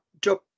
job